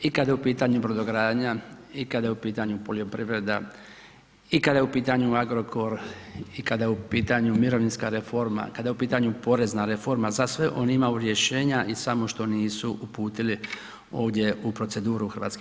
I kada je u pitanju brodogradnja i kada je u pitanju poljoprivreda i kada je u pitanju Agrokor i kada je u pitanju mirovinska reforma, kada je pitanju porezna reforma, za sve oni imaju rješenja i samo što nisu uputili ovdje u proceduru HS-a.